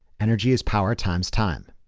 energy is power times time,